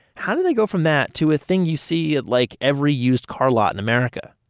how do they go from that, to a thing you see at like, every used car lot in america?